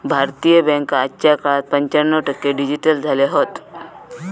भारतीय बॅन्का आजच्या काळात पंच्याण्णव टक्के डिजिटल झाले हत